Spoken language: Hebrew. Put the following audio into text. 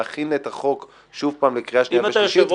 להכין את החוק לקריאה שניה ושלישית,